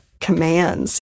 commands